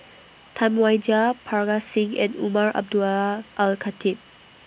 Tam Wai Jia Parga Singh and Umar Abdullah Al Khatib